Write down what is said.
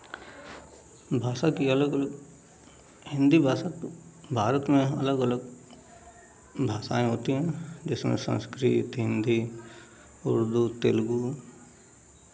भाषा की अलग अलग हिन्दी भाषा को भारत में अलग अलग भाषाएँ होती हैं जिसमें से संस्कृत हिन्दी उर्दू तेलुगू